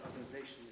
organization